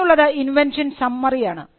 ഇനിയുള്ളത് invention summary ആണ്